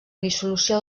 dissolució